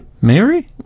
Mary